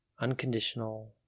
unconditional